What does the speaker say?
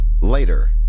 later